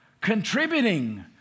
contributing